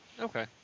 Okay